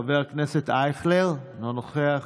חבר הכנסת אייכלר, לא נוכח.